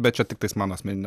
bet čia tiktai mano asmeninė